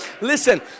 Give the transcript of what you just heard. Listen